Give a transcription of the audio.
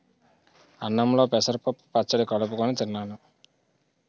అన్నంలో పెసరపప్పు పచ్చడి కలుపుకొని తిన్నాను